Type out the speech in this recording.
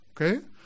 Okay